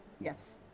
Yes